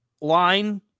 line